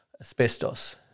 asbestos